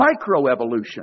microevolution